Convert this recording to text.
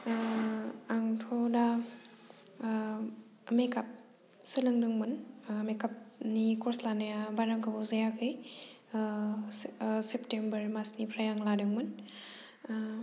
आंथ' दा मेकआप सोलोंदोंमोन मेकआपनि कर्स लानाया बारा गोबाव जायाखै सेप्टेम्बर मासनिफ्राय आङो लादोंमोन